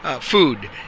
food